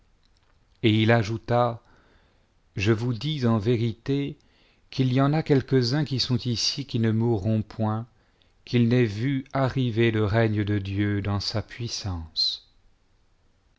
et il ajouta je vous dis en vérité qu'il y en a quelques-uns de ceux qui sont ici qui ne mourront point qu'ils n'aient vu arriver le règne de dieu dans sa puissance